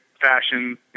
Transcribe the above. fashion